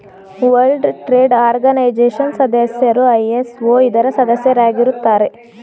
world trade organisation ಸದಸ್ಯರು ISO ಇದರ ಸದಸ್ಯರಾಗಿರುತ್ತಾರೆ